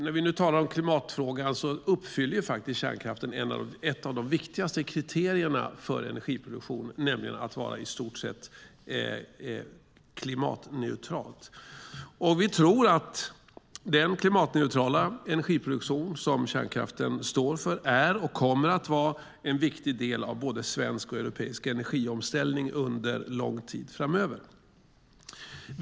Kärnkraften uppfyller faktiskt ett av de viktigaste kriterierna för energiproduktion, nämligen att vara i stort sett klimatneutral. Vi tror att den klimatneutrala energiproduktion som kärnkraften står för är och kommer att vara en viktig del av både svensk och europeisk energiomställning under lång tid framöver.